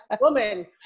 woman